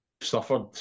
suffered